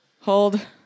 Hold